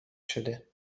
شده